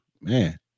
man